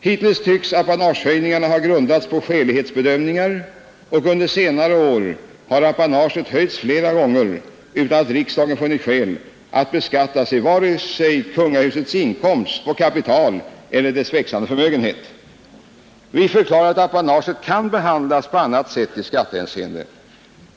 Hittills tycks apanagehöjningarna ha grundats på skälighetsbedömningar, och under senare år har apanaget höjts flera gånger utan att riksdagen funnit skäl att beskatta vare sig kungahusets inkomst på kapital eller dess växande förmögenhet. Vi förklarar att apanaget kan behandlas på annat sätt i skattehänseende.